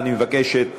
אני מבקש את